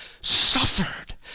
suffered